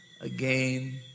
again